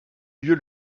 lieu